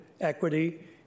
equity